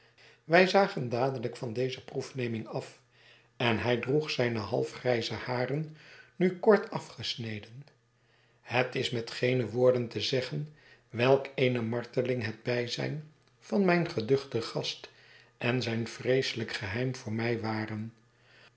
wij zagen dadelijk van deze proefneming af en hij droeg zijne half grijze haren nu kort afgesneden het is met geene woorden te zeggen welk eene marteling het bijzijn van mijn geduchten gast en zijn vreeselijk geheim voor mij waren